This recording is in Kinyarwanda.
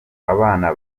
abana